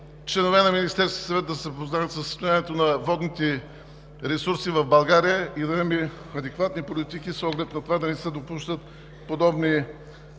членове на Министерския съвет да се запознаят със състоянието на водните ресурси в България и да вземат адекватни политики с оглед на това да не се допуснат подобни